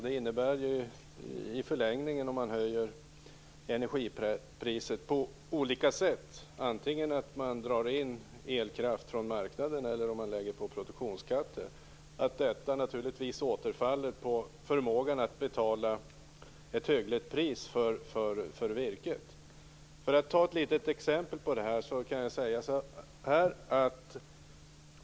Det innebär ju i förlängningen att om man höjer energipriset på olika sätt - antingen genom att man drar in elkraft från marknaden eller genom att man lägger på produktionskrafter - så återfaller detta naturligtvis på förmågan att betala ett hyggligt pris för virket. Jag skall ta ett litet exempel.